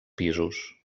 pisos